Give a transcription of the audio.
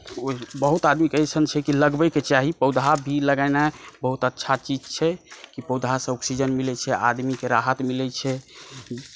ओहि बहुत आदमीके अइसन छै कि लगबैके चाही पौधा भी लगेनाइ बहुत अच्छा चीज छै कि पौधासँ ऑक्सीजन मिलै छै आदमीकेँ राहत मिलै छै